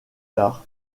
tard